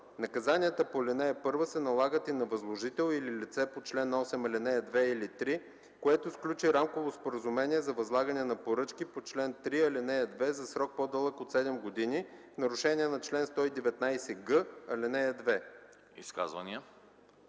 Наказанията по ал. 1 се налагат и на възложител или лице по чл. 8, ал. 2 или 3, което сключи рамково споразумение за възлагане на поръчки по чл. 3, ал. 2 за срок, по-дълъг от 7 години, в нарушение на чл. 119г, ал.2.”